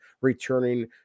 returning